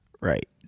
Right